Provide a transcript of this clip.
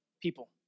People